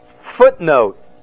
footnote